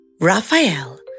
Raphael